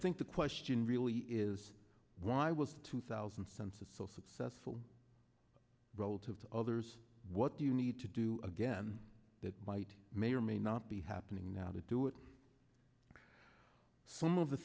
think the question really is why was two thousand census so successful relative to others what do you need to do again that might may or may not be happening now to do it some of the